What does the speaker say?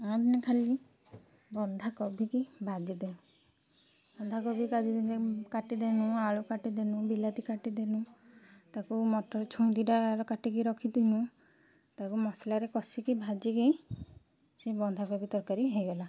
ଆମେ ଖାଲି ବନ୍ଧାକୋବି କି ଭାଜିଦେଉ ବନ୍ଧାକୋବି କାଟିଦେନେ କାଟିଦେଇ ମୁଁ ଆଳୁ କାଟିଦେଇ ମୁଁ ବିଲାତି କାଟିଦିଏ ମୁଁ ତାକୁ ମଟର ଛୁଇଁ ଦୁଇଟା ର କାଟିକି ରଖିଥିଲି ତାକୁ ମସଲାରେ କଷିକି ଭାଜିକି ସେଇ ବନ୍ଧାକୋବି ତରକାରୀ ହେଇଗଲା